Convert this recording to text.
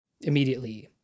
immediately